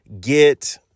get